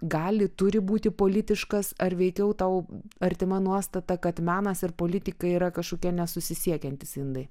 gali turi būti politiškas ar veikiau tau artima nuostata kad menas ir politika yra kažkokie nesusisiekiantys indai